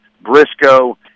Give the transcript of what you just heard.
Briscoe